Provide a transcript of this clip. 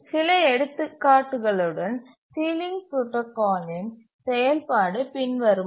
சில எடுத்துக்காட்டுகளுடன் சீலிங் புரோடாகாலின் செயல்பாடு பின்வருமாறு